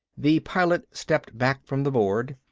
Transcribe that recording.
the pilot stepped back from the board.